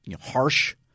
harsh